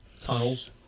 Tunnels